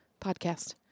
podcast